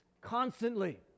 constantly